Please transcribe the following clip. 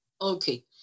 Okay